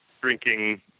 drinking